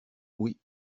oui